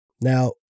Now